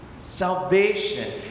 Salvation